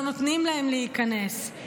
לא נותנים להן להיכנס.